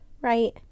Right